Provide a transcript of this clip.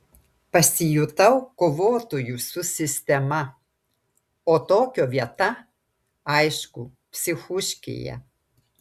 pasijutau kovotoju su sistema o tokio vieta aišku psichuškėje